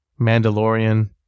Mandalorian